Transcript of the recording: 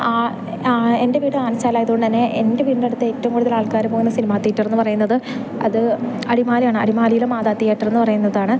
ആ ആ എൻ്റെ വീട് ആനച്ചാൽ ആയതുകൊണ്ടുതന്നെ എൻ്റെ വീടിൻ്റടുത്തേറ്റവും കൂടുതലാൾക്കാർ പോവുന്ന സിനിമ തീയേറ്റർ എന്നു പറയുന്നത് അത് അടിമാലിയാണ് അടിമാലിയിലെ മാതാ തീയേറ്റർ എന്നു പറയുന്നതാണ്